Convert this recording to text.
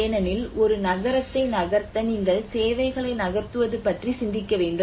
ஏனெனில் ஒரு நகரத்தை நகர்த்த நீங்கள் சேவைகளை நகர்த்துவது பற்றி சிந்திக்க வேண்டும்